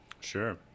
Sure